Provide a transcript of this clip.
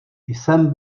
jsem